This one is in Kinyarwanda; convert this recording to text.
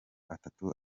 atatu